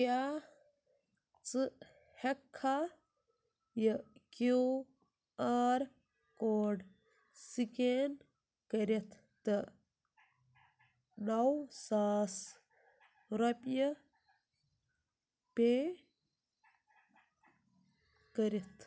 کیٛاہ ژٕ ہٮ۪ککھا یہِ کیوٗ آر کوڈ سکین کٔرِتھ تہٕ نو ساس رۄپیہِ پے کٔرِتھ